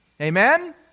Amen